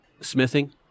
smithing